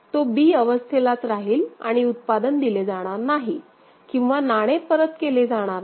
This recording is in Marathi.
तो b अवस्थे लाच राहील आणि उत्पादन दिले जाणार नाही किंवा नाणे परत केले जाणार नाही